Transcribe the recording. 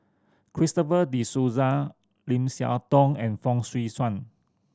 Christopher De Souza Lim Siah Tong and Fong Swee Suan